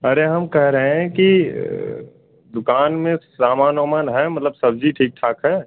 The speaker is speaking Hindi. अरे हम कह रहे हैं कि दुकान में सामान वामान है मतलब सब्ज़ी ठीक ठाक है